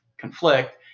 conflict